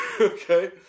okay